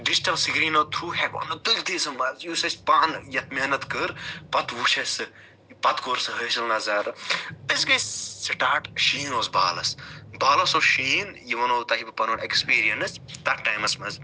digital سکریٖنو through ہیٚکو تُلتھے سُہ مَزٕ یُس اَسہِ پانہٕ یتھ محنت کٔر پَتہٕ وُچھ اَسہِ سُہ پَتہٕ کوٚر سُہ حٲصل نَظارٕ أسۍ گےٚ سٹارٹ شیٖن اوس بالَس بالَس اوس شیٖن یہِ وَنو تۄہہِ بہٕ پَنُن ایٚکسپیٖریَنس تتھ ٹایمَس مَنٛز